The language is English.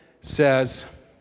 says